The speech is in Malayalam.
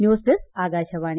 news desk Akashvani